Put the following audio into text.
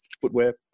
footwear